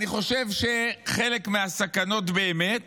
אני חושב שחלק מהסכנות באמת